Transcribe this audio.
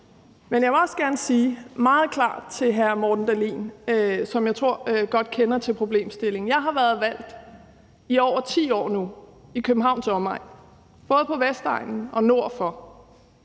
Men jeg vil også gerne sige meget klart til hr. Morten Dahlin, som jeg tror godt kender til problemstillingen, at jeg i over 10 år nu har været valgt i Københavns omegn, både på Vestegnen og nord for,